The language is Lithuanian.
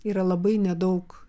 yra labai nedaug